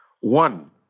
One